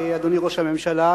אדוני ראש הממשלה,